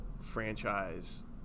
franchise